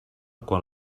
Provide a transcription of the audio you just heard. quan